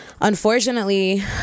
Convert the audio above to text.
unfortunately